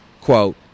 Quote